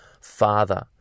father